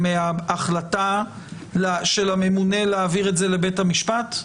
החלטה של הממונה להעביר את זה לבית המשפט?